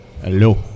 Hello